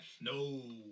No